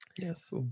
Yes